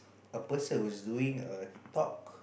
a person who's doing a top